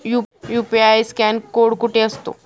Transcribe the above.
UPI scan code कुठे असतो?